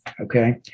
Okay